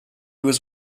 was